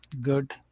good